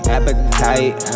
Appetite